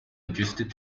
adjusted